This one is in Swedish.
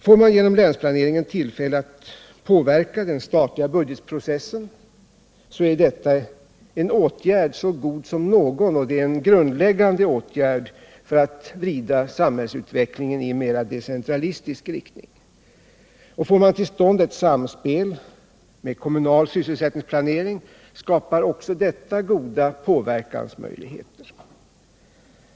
Får man genom länsplaneringen tillfälle att påverka den statliga budgetprocessen, så är detta en åtgärd så god som någon, och det är en grundläggande åtgärd för att vrida samhällsutvecklingen i mera decentralistisk riktning. Och får man till stånd ett samspel med kommunal sysselsättningsplanering skapar också detta goda möjligheter att påverka.